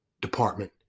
department